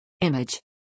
Image